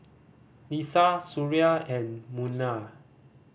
Lisa Suria and Munah